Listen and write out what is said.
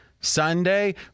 Sunday